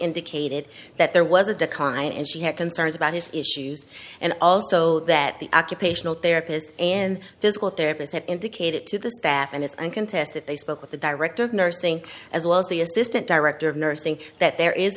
indicated that there was a decline and she had concerns about his issues and also that the occupational therapist and physical therapist had indicated to the staff and it's uncontested they spoke with the director of nursing as well as the assistant director of nursing that there is